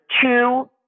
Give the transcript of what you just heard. two